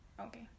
Okay